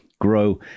grow